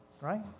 right